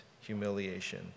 humiliation